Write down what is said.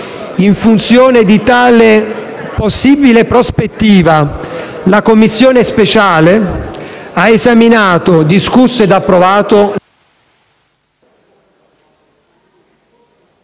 In funzione di tale possibile prospettiva, la Commissione speciale ha esaminato, discusso e approvato